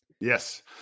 Yes